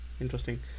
interesting